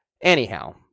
anyhow